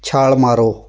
ਛਾਲ ਮਾਰੋ